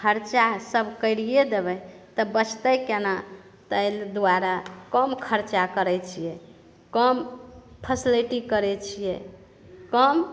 खर्चा सब करिये देबै तऽ बचतै केना तहि दुआरे कम खर्चा करैत छियै कम फेसिलिटी करैत छियै कम